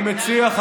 אני מציע,